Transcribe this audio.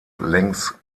längs